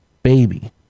baby